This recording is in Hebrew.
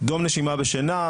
דום נשימה בשינה,